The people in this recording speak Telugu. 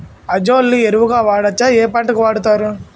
అజొల్లా ని ఎరువు గా వాడొచ్చా? ఏ పంటలకు వాడతారు?